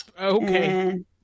Okay